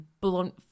blunt